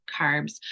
carbs